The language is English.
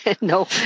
no